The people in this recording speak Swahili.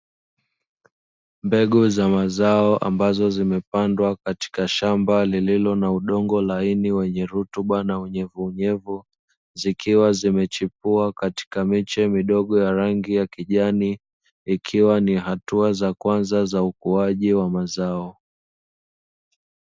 Mbegu za mazao ambazo zimepandwa katika shamba lililo na udongo laini wenye rutuba na unyevunyevu, zikiwa zimechipua katika miche midogo ya rangi ya kijani, ikiwa ni hatua za kwanza za ukuaji wa mazao.